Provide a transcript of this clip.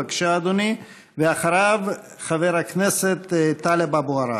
בבקשה, אדוני, ואחריו, חבר הכנסת טלב אבו עראר.